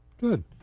Good